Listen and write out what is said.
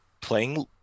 playing